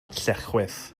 lletchwith